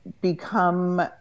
become